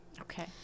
Okay